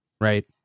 right